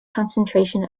concentration